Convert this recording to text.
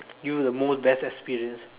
give the most best experience